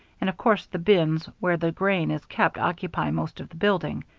and of course the bins where the grain is kept occupy most of the building.